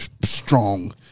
Strong